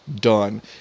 done